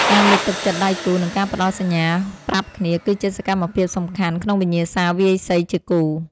ការលើកទឹកចិត្តដៃគូ និងការផ្ដល់សញ្ញាប្រាប់គ្នា គឺជាសកម្មភាពសំខាន់ក្នុងវិញ្ញាសាវាយសីជាគូ។